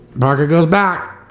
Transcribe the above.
parker goes back.